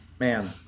Man